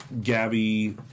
Gabby